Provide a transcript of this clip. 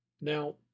Now